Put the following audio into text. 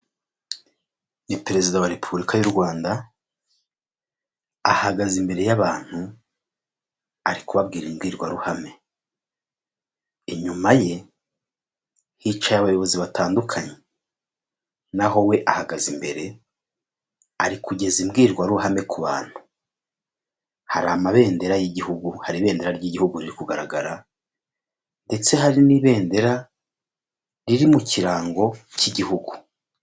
Ni perezida wa repubulika y'u Rwanda, ahagaze imbere y'abantu ari kubabwira imbwiwaruhame, inyuma ye hicaye abayobozi batandukanye, naho we ahagaze imbere ari kugeza imbwirwaruhame ku bantu, hari amabendera y'ibihugu hari n' ibendera ry'igihugu ri kugaragara ndetse hari n'ibendera riri mu kirango cy'igihugu.